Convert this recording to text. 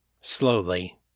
slowly